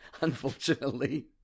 unfortunately